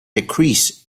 decrease